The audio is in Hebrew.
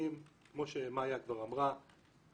מהמשטרה הוא מבקש לדעת מה לעשות, שזה כבר משהו